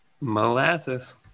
Molasses